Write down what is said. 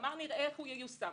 אמר: נראה איך זה ייושם.